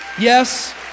Yes